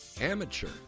amateur